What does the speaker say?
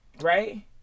Right